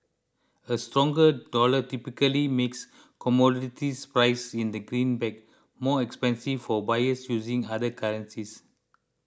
a stronger dollar typically makes commodities priced in the greenback more expensive for buyers using other currencies